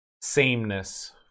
sameness